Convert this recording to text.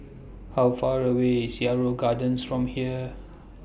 How Far away IS Yarrow Gardens from here